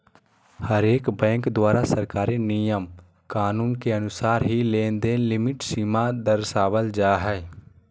हरेक बैंक द्वारा सरकारी नियम कानून के अनुसार ही लेनदेन लिमिट सीमा दरसावल जा हय